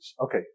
Okay